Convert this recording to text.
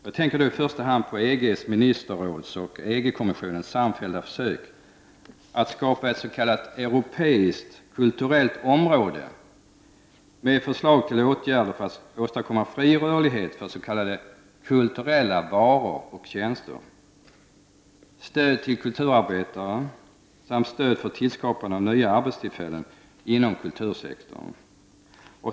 Jag tänker i första hand på EG:s ministerråds och EG-kommissionens samfällda försök att skapa ett s.k. europeiskt kulturellt område, med förslag till åtgärder för att åstadkomma fri rörlighet för s.k. kulturella varor och tjänster, stöd till kulturarbetare samt stöd till skapande av nya arbetstillfällen inom kultursektorn.